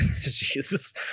Jesus